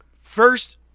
First